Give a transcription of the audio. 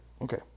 Okay